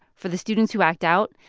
for the students who act out,